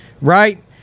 right